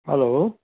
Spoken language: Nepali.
हेलो